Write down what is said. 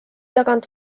tagant